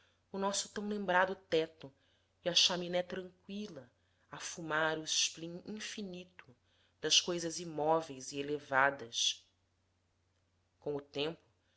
o nosso tão lembrado teto e a chaminé tranqüila a fumar o esplim infinito das coisas imóveis e elevadas com o tempo